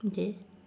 okay